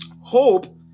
Hope